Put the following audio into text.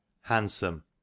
handsome